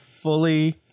fully